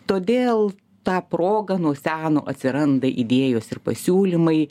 todėl ta proga nuo seno atsiranda idėjos ir pasiūlymai